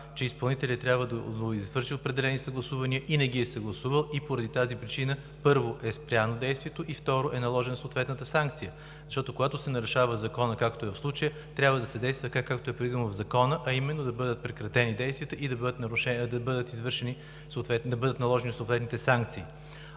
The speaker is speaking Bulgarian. че изпълнителят трябва да извърши определени съгласувания и не ги е съгласувал и поради тази причина, първо, е спряно действието и, второ, е наложена съответната санкция, защото когато се нарушава Законът, както е в случая, трябва да се действа така, както е предвидено в Закона, а именно да бъдат прекратени действията и да бъдат наложени съответните санкции.